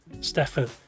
Stefan